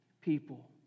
people